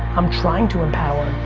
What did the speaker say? i'm trying to empower.